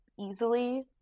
easily